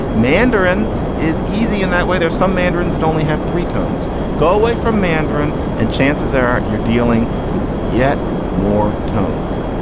mandarin is easy in that way. there's some mandarin's that only have three tones go away from mandarin. and chances are you're dealing with yet more tones.